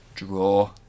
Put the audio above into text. Draw